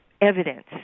evidence